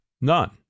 none